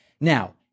Now